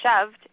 shoved